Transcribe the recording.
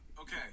Okay